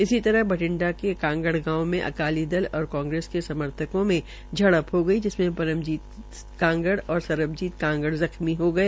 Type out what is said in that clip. इसी तरह बठिंडा के कांगड़ गांव में अकाली दल और कांग्रेस के समर्थकों में झड़प हो गई जिसमें परमजीत कांगड़ और सरबजीत कांगड़ जख्मी हो गए